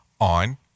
on